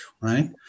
right